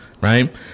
right